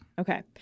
okay